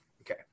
okay